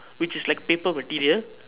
which is like paper material